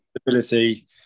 stability